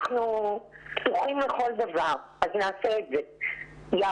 אנחנו פתוחים לכל דבר, אז נעשה את זה יחד.